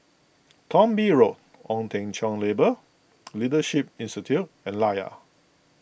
Thong Bee Road Ong Teng Cheong Labour Leadership Institute and Layar